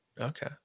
Okay